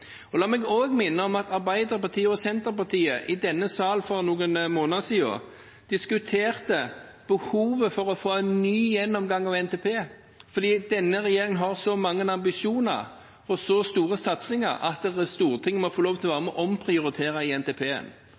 La meg også minne om at Arbeiderpartiet og Senterpartiet for noen måneder siden i denne salen diskuterte behovet for å få en ny gjennomgang av NTP, fordi denne regjeringen har så mange ambisjoner og så store satsinger at Stortinget må få lov til å være med og omprioritere i